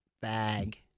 Bag